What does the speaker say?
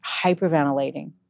hyperventilating